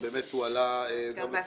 באמת הועלו- -- גם בהסכמות.